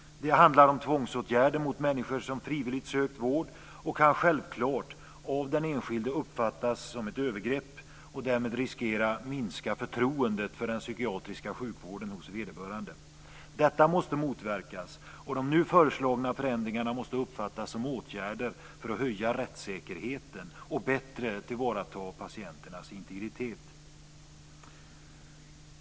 Det handlar om tvångsåtgärder mot människor som frivilligt sökt vård och kan självfallet av den enskilde uppfattas som ett övergrepp och därmed riskera att minska förtroendet för den psykiatriska sjukvården hos vederbörande. Detta måste motverkas och de nu föreslagna förändringarna måste uppfattas om åtgärder för att höja rättssäkerheten och bättre tillvarata patienternas integritet.